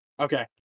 Okay